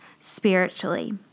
spiritually